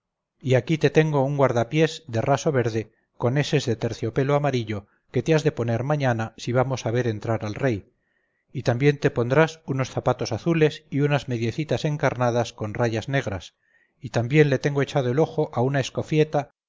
y aquí te tengo un guardapiés de raso verde con eses de terciopelo amarillo que te has de poner mañana si vamos a ver entrar al rey y también te pondrás unos zapatos azules y unas mediecitas encarnadas con rayas negras y también le tengo echado el ojo a una escofieta